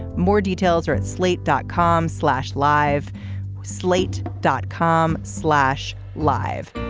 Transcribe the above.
more details are at slate dot com slash live slate dot com slash live.